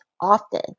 often